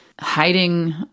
hiding